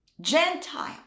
Gentile